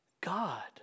God